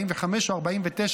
45 או 49,